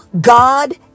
God